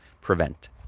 prevent